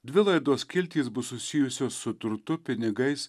dvi laidos skiltys bus susijusios su turtu pinigais